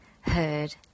heard